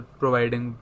providing